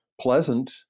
pleasant